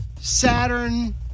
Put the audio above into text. Saturn